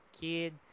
kid